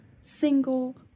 single